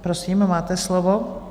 Prosím, máte slovo.